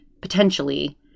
potentially